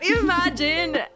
imagine